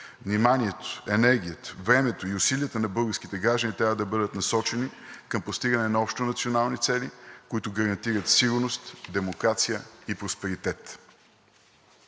Вниманието, енергията, времето и усилията на българските граждани трябва да бъдат насочени към постигане на общи национални цели, които гарантират сигурност, демокрация и просперитет.